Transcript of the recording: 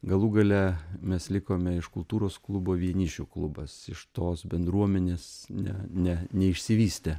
galų gale mes likome iš kultūros klubo vienišių klubas iš tos bendruomenės ne ne neišsivystę